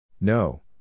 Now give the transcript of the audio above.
No